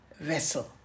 vessel